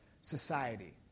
society